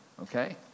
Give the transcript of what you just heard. Okay